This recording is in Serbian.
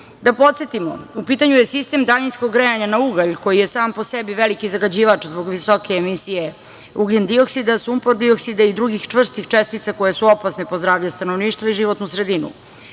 podsetimo, u pitanju je sistem daljinskog grejanja na ugalj koji je sam po sebi veliki zagađivač zbog visoke emisije ugljendioksida, sumpor-dioksida i drugih čvrstih čestica koje su opasne po zdravlje stanovništva i životnu sredinu. Dodani